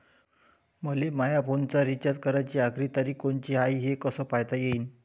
मले माया फोनचा रिचार्ज कराची आखरी तारीख कोनची हाय, हे कस पायता येईन?